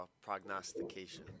prognostication